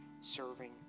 serving